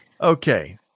Okay